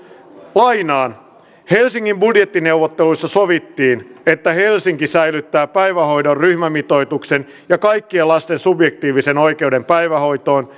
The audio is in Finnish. helsingin budjettineuvotteluissa sovittiin että helsinki säilyttää päivähoidon ryhmämitoituksen ja kaikkien lasten subjektiivisen oikeuden päivähoitoon